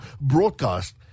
broadcast